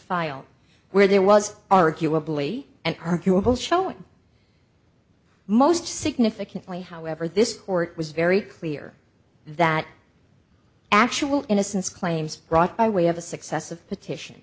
file where there was arguably an arguable showing most significantly however this court was very clear that actual innocence claims brought by way of a successive petition